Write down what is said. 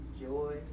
joy